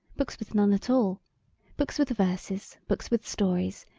books with none at all books with verses, books with stories,